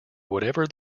whatever